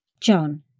John